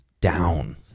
down